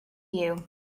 you